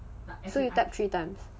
so you tap three times